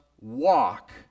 walk